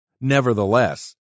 Nevertheless